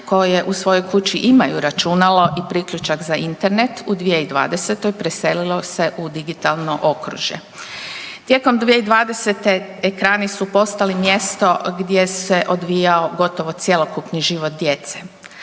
koje u svojoj kući imaju računalo i priključak za Internet u 2020. preselilo se u digitalno okružje. Tijekom 2020. ekrani su postali mjesto gdje se odvijao gotovo cjelokupni život djece.